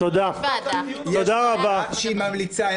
יש ועדה שהיא ממליצה,